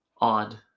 odd